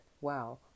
wow